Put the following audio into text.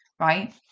right